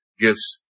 Gifts